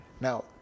Now